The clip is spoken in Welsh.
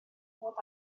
bod